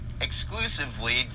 exclusively